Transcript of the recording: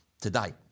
today